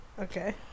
okay